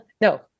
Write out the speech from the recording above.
No